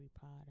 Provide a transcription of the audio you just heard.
Potter